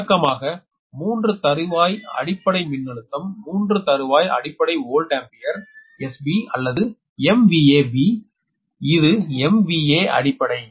எனவே வழக்கமாக 3 தறுவாய் அடிப்படை மின்னழுத்தம் 3 தறுவாய் அடிப்படை வோல்ட் ஆம்பியர் SB அல்லது B இது MVA அடிப்படை